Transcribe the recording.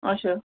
اچھا